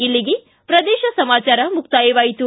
ಇಲ್ಲಿಗೆ ಪ್ರದೇಶ ಸಮಾಚಾರ ಮುಕ್ತಾಯವಾಯಿತು